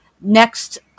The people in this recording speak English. next